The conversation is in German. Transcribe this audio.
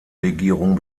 legierung